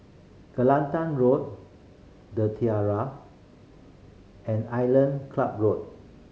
Kelantan Road The Tiara and Island Club Road